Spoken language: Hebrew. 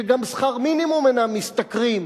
שגם שכר מינימום אינם משתכרים.